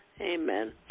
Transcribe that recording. Amen